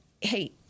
hey